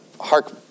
hark